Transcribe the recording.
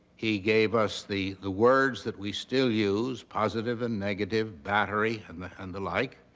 he gave us the the words that we still use, positive and negative, battery, and the and the like.